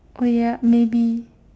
oh ya maybe